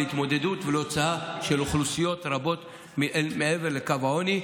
להתמודדות ולהוצאה של אוכלוסיות רבות אל מעבר לקו העוני.